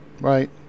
right